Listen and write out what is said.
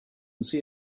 see